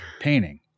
painting